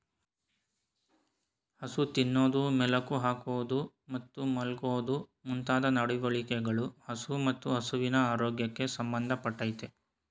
ಹಸು ತಿನ್ನೋದು ಮೆಲುಕು ಹಾಕೋದು ಮತ್ತು ಮಲ್ಗೋದು ಮುಂತಾದ ನಡವಳಿಕೆಗಳು ಹಸು ಮತ್ತು ಹಸುವಿನ ಆರೋಗ್ಯಕ್ಕೆ ಸಂಬಂಧ ಪಟ್ಟಯ್ತೆ